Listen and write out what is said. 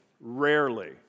rarely